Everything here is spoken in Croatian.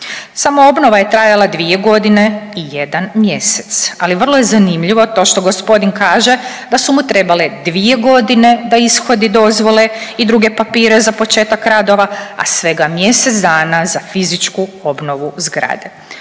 Samoobnova je trajala dvije godine i jedan mjesec, ali je vrlo zanimljivo to što g. kaže da su mu trebale dvije godine da ishodi dozvole i druge papire za početak radova, a svega mjesec dana za fizičku ovnovu zgrade.